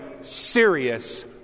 serious